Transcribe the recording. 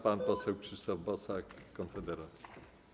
Pan poseł Krzysztof Bosak, Konfederacja.